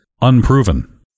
unproven